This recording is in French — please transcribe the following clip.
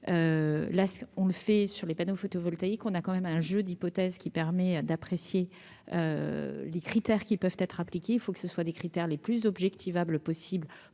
Là on le fait sur les panneaux photovoltaïques, on a quand même un jeu d'hypothèses qui permet d'apprécier les critères qui peuvent être appliquées, il faut que ce soit des critères les plus objective able possible